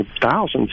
thousands